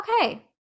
okay